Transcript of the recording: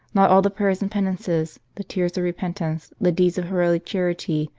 not all the prayers and penances, the tears of repentance, the deeds of heroic charity,